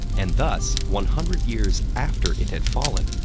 and thus, one hundred years after it had fallen,